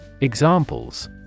Examples